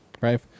Right